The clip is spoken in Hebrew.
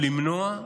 למנוע,